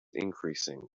increasing